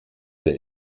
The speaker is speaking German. der